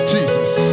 Jesus